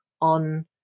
on